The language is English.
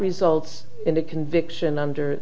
results in a conviction under